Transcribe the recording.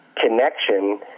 connection